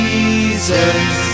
Jesus